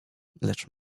lecz